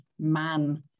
man